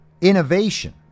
innovation